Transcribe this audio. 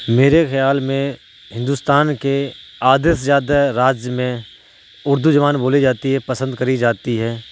میرے خیال میں ہندوستان کے آدھے سے زیادہ راج میں اردو زبان بولی جاتی ہے پسند کری جاتی ہے